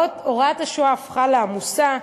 הוראת השואה הפכה לעמוסה,